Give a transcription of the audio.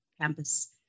campus